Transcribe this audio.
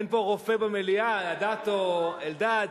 אין פה רופא במליאה, אדטו, אלדד.